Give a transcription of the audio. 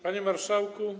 Panie Marszałku!